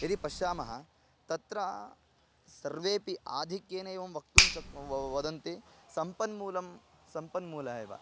यदि पश्यामः तत्र सर्वेपि आधिक्येन एवं वक्तुं शक् वदन्ति सम्पन्मूलं सम्पन्मूलम् एव